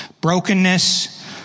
brokenness